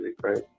right